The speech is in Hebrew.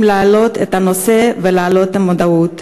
להעלות את הנושא ולהעלות את המודעות.